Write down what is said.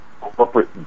corporate